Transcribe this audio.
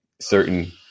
certain